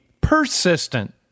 persistent